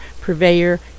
purveyor